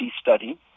study